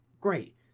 Great